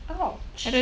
!ouch!